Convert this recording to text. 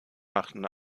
machten